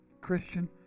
Christian